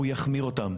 הוא יחמיר אותם,